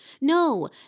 no